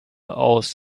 aus